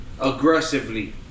Aggressively